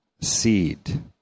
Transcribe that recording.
seed